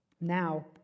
Now